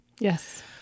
Yes